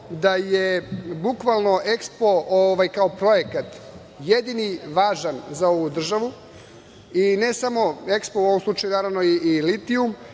da je bukvalno EKSPO kao projekat jedini važan za ovu državu, i ne samo EKSPO, u ovom slučaju naravno i litijum.